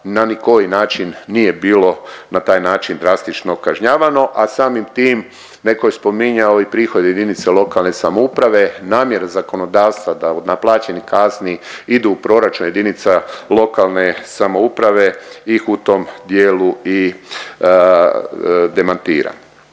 na nikoji način nije bilo na taj način drastično kažnjavano, a samim tim neko je spominjao i prihod jedinice lokalne samouprave. Namjera zakonodavstva da od naplaćenih kazni idu u proračun jedinica lokalne samouprave ih u tom dijelu i demantira.